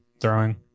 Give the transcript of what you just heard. Throwing